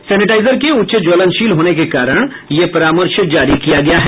sanitiser के उच्च ज्वलनशील होने के कारण यह परामर्श जारी किया गया है